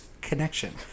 connection